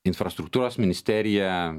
infrastruktūros ministeriją